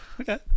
Okay